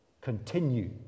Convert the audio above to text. continue